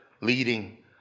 leading